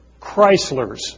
Chryslers